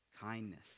kindness